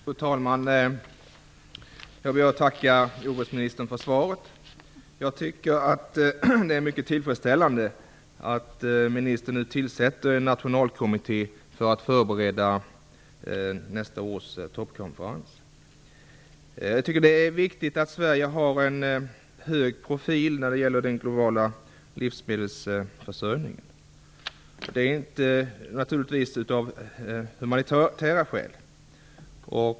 Fru talman! Jag ber att få tacka jordbruksministern för svaret. Jag tycker att det är mycket tillfredsställande att ministern nu tillsätter en nationalkommitté för att förbereda nästa års toppkonferens. Jag tycker att det viktigt att Sverige håller en hög profil när det gäller den globala livsmedelsförsörjningen, inte minst av humanitära skäl.